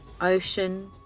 ocean